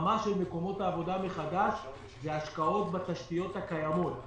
וזה השקעות בתשתיות הקיימות.